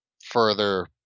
further